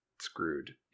screwed